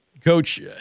Coach